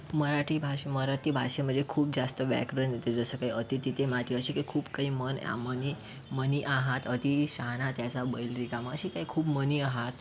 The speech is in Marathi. मराठी भाषे मराठी भाषेमध्ये खूप जास्त व्याकरण येते जसं काय अति तिथे माती असे काही खूप काही म्हण म्हणी म्हणी आहात अती शहाणा त्याचा बैल रिकामा अशी काही खूप म्हणी आहात